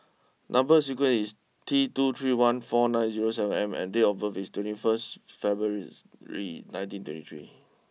number sequence is T two three one four nine zero seven M and date of birth is twenty first February's Ray nineteen twenty three